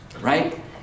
right